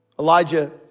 Elijah